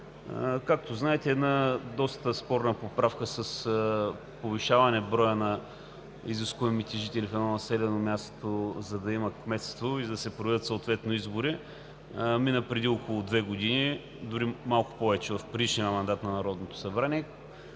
Както знаете, една доста спорна поправка с повишаване на броя на изискуемите жители в едно населено място, за да има кметство и да се проведат съответно избори, мина преди около две години, дори малко повече – в предишния мандат на Народното събрание.